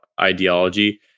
ideology